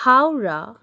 Howrah